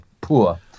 poor